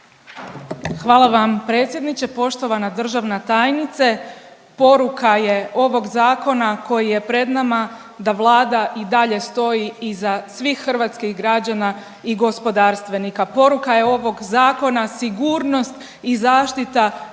Hvala vam predsjedniče, poštovana državna tajnice. Poruka je ovog zakona koji je pred nama da Vlada i dalje stoji iza svih hrvatskih građana i gospodarstvenika. Poruka je ovog zakona sigurnost i zaštita svih društvenih